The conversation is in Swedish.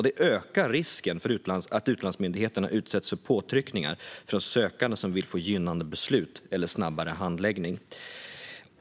Det ökar risken för att utlandsmyndigheterna utsätts för påtryckningar från sökande som vill få gynnande beslut eller snabbare handläggning.